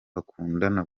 bakundana